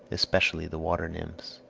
especially the water-nymphs